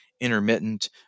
Intermittent